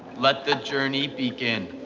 let the journey begin.